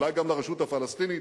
אולי גם לרשות הפלסטינית,